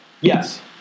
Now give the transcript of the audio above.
Yes